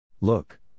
Look